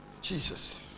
Jesus